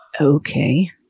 Okay